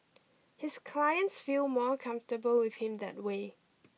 his clients feel more comfortable with him that way